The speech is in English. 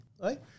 right